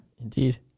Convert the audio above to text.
Indeed